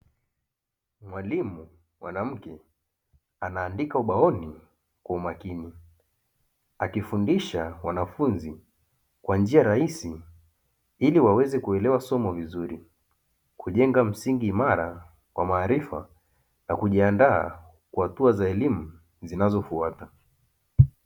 Mwalimu mwanamke anaandika ubaoni kwa umakini, akifundisha wanafunzi kwa njia rahisi ili waweze kuelewa somo vizuri, kujenga msingi imara kwa maarifa na kujiandaa kwa hatua za elimu zinazofuata.